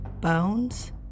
bones